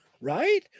right